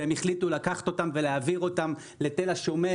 אני חושב שעלינו כאן על המסלול הנכון גם עם הצוות שעוסק